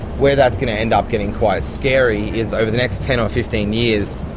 where that's going to end up getting quite scary is over the next ten or fifteen years,